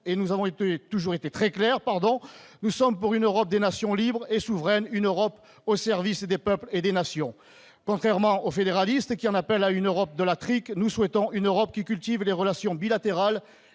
nous avons toujours été très clairs : nous sommes pour une Europe des nations libres et souveraines, une Europe au service des peuples et des nations. Contrairement aux fédéralistes, qui en appellent à une Europe de la trique, nous souhaitons une Europe qui cultive les relations bilatérales